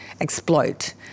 exploit